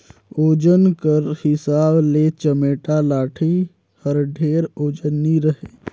ओजन कर हिसाब ले चमेटा लाठी हर ढेर ओजन नी रहें